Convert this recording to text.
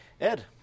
Ed